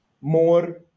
more